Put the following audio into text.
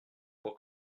pour